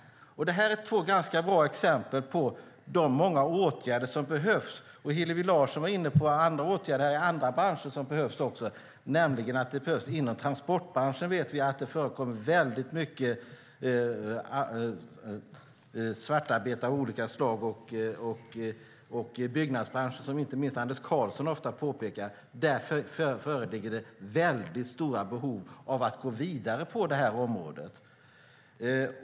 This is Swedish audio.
Detta är två ganska bra exempel på de många åtgärder som behövs. Hillevi Larsson var inne på andra åtgärder i andra branscher där det behövs. Inom transportbranschen vet vi att det förekommer väldigt mycket svartarbete av olika slag, och i byggnadsbranschen, som inte minst Anders Karlsson ofta påpekar, föreligger det väldigt stora behov att gå vidare på det området.